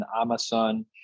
Amazon